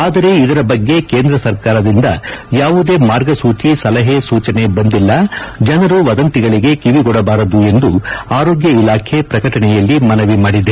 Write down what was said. ಆದರೆ ಇದರ ಬಗ್ಗೆ ಕೇಂದ್ರ ಸರ್ಕಾರದಿಂದ ಯಾವುದೇ ಮಾರ್ಗಸೂಚಿ ಸಲಹೆ ಸೂಚನೆ ಬಂದಿಲ್ಲ ಜನರು ವದಂತಿಗಳಿಗೆ ಕಿವಿಕೊಡಬಾರದು ಎಂದು ಆರೋಗ್ಣ ಇಲಾಖೆ ಪ್ರಕಟಣೆಯಲ್ಲಿ ಮನವಿ ಮಾಡಿದೆ